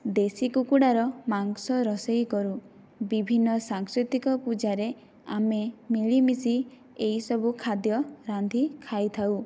ଦେଶୀ କୁକୁଡ଼ାର ମାଂସ ରୋଷେଇ କରୁ ବିଭିନ୍ନ ସାଂସ୍କୃତିକ ପୂଜାରେ ଆମେ ମିଳିମିଶି ଏହି ସବୁ ଖାଦ୍ୟ ରାନ୍ଧି ଖାଇଥାଉ